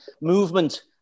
Movement